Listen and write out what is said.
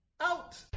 Out